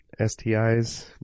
STIs